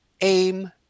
aim